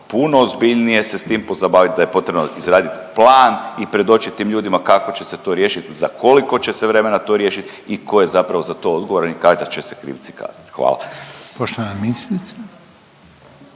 puno ozbiljnije se s tim pozabavit, da je potrebno izradit plan i predočit tim ljudima kako će se to riješit, za koliko će se vremena to riješit i ko je zapravo za to odgovoran i kada će se krivci kaznit, hvala. **Reiner,